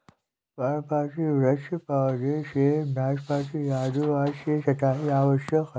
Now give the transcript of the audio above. पर्णपाती वृक्ष जैसे सेब, नाशपाती, आड़ू आदि में छंटाई आवश्यक है